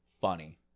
funny